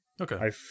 okay